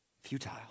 Futile